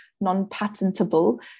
non-patentable